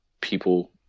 people